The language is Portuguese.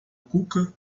cuca